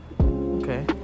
okay